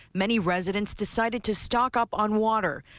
many residents decided to stock up on water,